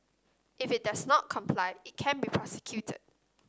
if it does not comply it can be prosecuted